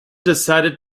decided